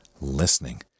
listening